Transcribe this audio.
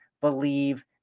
believe